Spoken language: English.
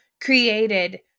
created